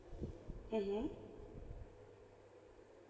mmhmm